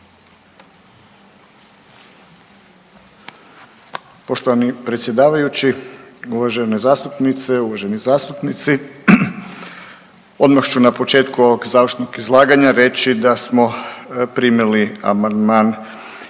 Poštovani predsjedavajući, uvažene zastupnice i uvaženi zastupnici. Odmah ću na početku ovog završnog izlaganja reći da smo primili amandman zastupnice